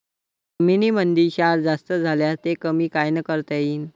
जमीनीमंदी क्षार जास्त झाल्यास ते कमी कायनं करता येईन?